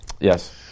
Yes